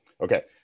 okay